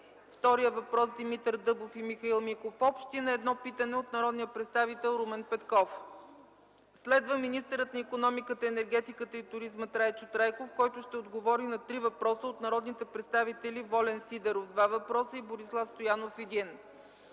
Имамов; Димитър Дъбов и Михаил Миков и на едно питане от народния представител Румен Петков. Министърът на икономиката, енергетиката и туризма Трайчо Трайков ще отговори на три въпроса от народните представители Волен Сидеров – два въпроса, и Борислав Стоянов – един.